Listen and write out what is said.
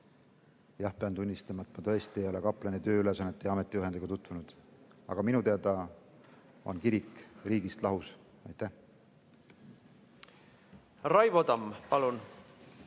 Jah, pean tunnistama, et ma tõesti ei ole kaplani tööülesannete ja ametijuhendiga tutvunud. Aga minu teada on kirik riigist lahus. Raivo Tamm.